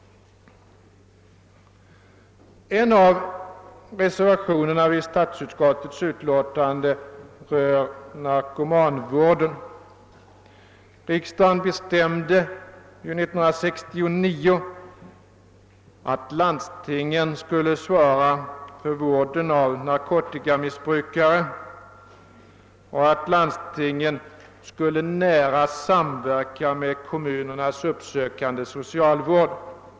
En av reservationerna vid statsutskottets utlåtande berör narkomanvården. Riksdagen bestämde 1969 att landstingen skulle svara för vården av narkotikamissbrukare och att landstingen skulle nära samverka med kommunernas uppsökande socialvård.